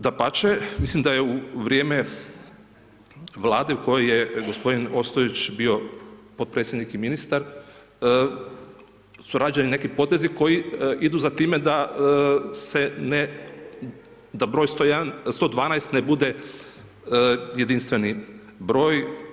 Dapače, mislim da je u vrijeme vlade u koji je g. Ostojić bio potpredsjednik i ministar, surađuje neki potezi, koji idu za time da se ne da br. 112 ne bude jedinstveni broj.